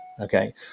okay